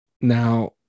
Now